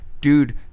dude